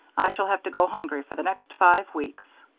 i shall have to go hungry for the next five weeks.